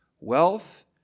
wealth